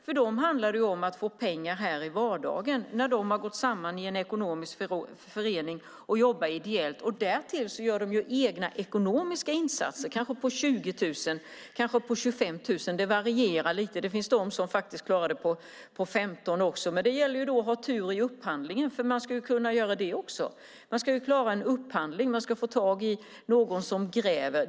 För dem handlar det om att få pengar i vardagen när de har gått samman i en ekonomisk förening och jobbar ideellt. Därtill gör de egna ekonomiska insatser på kanske 20 000 eller 25 000 kronor. Det varierar lite. Det finns de som klarar det med 15 000 kronor också. Men det gäller då att ha tur i upphandlingen eftersom man också ska klara en upphandling. Man ska få tag i någon som gräver.